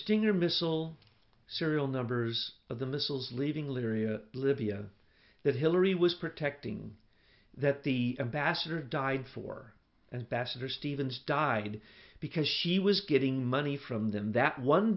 stinger missile serial numbers of the missiles leaving littering livia that hillary was protecting that the ambassador died for and bessemer stevens died because she was getting money from them that one